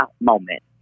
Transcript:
moment